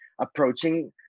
approaching